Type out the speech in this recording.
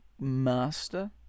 master